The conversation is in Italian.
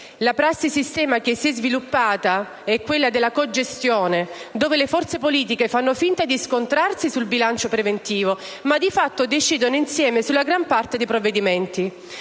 La prassi-sistema che si è sviluppata è quella della cogestione, dove le forze politiche fanno finta di scontrarsi sul bilancio preventivo, ma di fatto decidono insieme sulla grande parte dei provvedimenti.